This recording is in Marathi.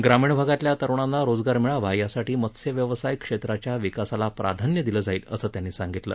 ग्रामीण भागातल्या तरुणांना रोजगार मिळावा यासाठी मत्स्य व्यवसाय क्षेत्राच्या विकासाला प्राध्यान्य दिलं जाईल असं त्यांनी सांगितलं